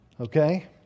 Okay